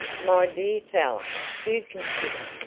my dear fellow, do consider!